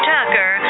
Tucker